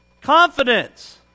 Confidence